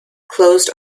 closed